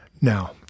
Now